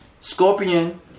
Scorpion